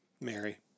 Mary